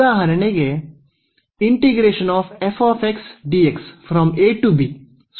ಉದಾಹರಣೆಗೆ ಸೂಕ್ತವಾಗಿದೆ